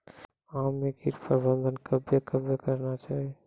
आम मे कीट प्रबंधन कबे कबे करना चाहिए?